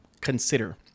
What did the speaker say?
consider